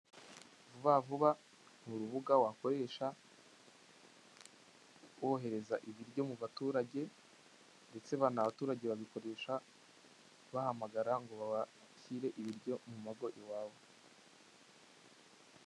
Vuba vuba ni urubuga wakoresha wohereza ibiryo mu baturage, ndetse n'abaturage barukoresha bahamagara ngo babashyire ibiryo mu mago iwabo.